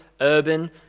urban